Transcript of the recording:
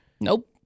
Nope